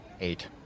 Eight